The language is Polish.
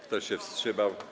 Kto się wstrzymał?